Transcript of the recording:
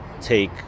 take